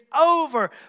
over